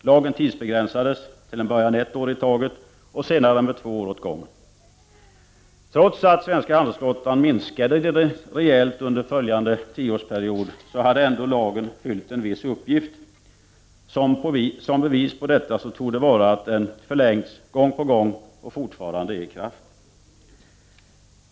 Lagen tidsbegränsades, till en början ett år i taget, senare med två år åt gången. Trots att svenska handelsflottan minskade rejält under följande tioårsperiod har ändå lagen fyllt en viss uppgift. Ett bevis på detta torde vara att den förlängts gång på gång och fortfarande är i kraft.